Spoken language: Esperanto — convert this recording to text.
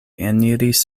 eniris